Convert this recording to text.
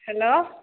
hello